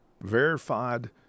verified